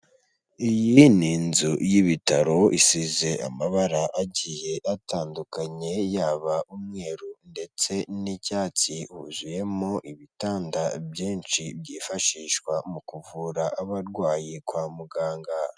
Iyi ni inzu y'ibitaro isize amabara agiye atandukanye yaba umweru ndetse n'icyatsi, huzuyemo ibitanda byinshi byifashishwa mu kuvura abarwayi kwa muganga.